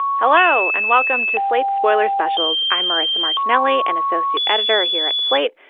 hello and welcome to slate spoiler specials. i'm marisa martinelli, an associate editor here at slate.